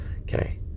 Okay